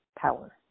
power